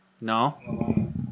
No